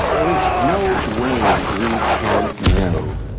there is no way we can know.